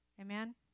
Amen